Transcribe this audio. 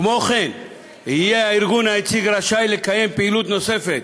כמו כן יהיה הארגון היציג רשאי לקיים פעילות נוספת,